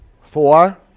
four